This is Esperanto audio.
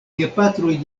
gepatroj